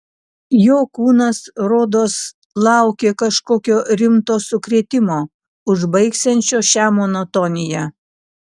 jo kūnas rodos laukė kažkokio rimto sukrėtimo užbaigsiančio šią monotoniją